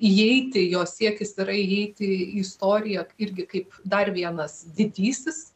įeiti jo siekis yra įeiti į istoriją irgi kaip dar vienas didysis